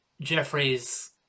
jeffrey's